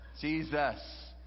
Jesus